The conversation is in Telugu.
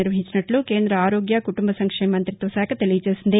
నిర్వహించినట్లు కేంద్ర ఆరోగ్య కుటుంబ సంక్షేమ మంత్రిత్వ శాఖ తెలియజేసింది